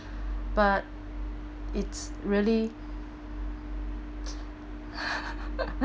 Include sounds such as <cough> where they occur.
but it's really <laughs>